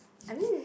I mean